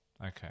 Okay